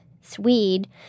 Swede